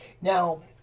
Now